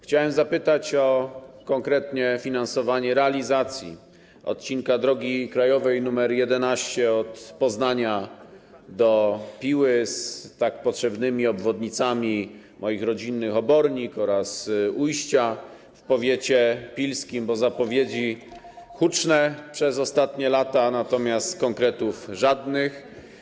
Chciałbym zapytać o konkretne finansowanie realizacji odcinka drogi krajowej nr 11 z Poznania do Piły, z tak potrzebnymi obwodnicami moich rodzinnych Obornik oraz ujścia w powiecie pilskim, bo zapowiedzi były huczne przez ostatnie lata, natomiast konkretów nie ma żadnych.